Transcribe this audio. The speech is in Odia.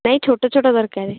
ନାହିଁ ଛୋଟ ଛୋଟ ଦରକାର